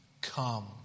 Come